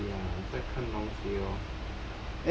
ya 我在看东西哦